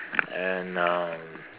and um